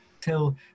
Till